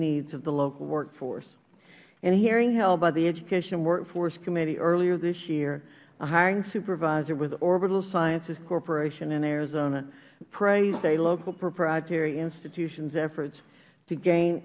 needs of the local workforce in a hearing held by the education workforce committee earlier this year a hiring supervisor with orbital sciences corporation in arizona praised a local proprietary institution's efforts to gain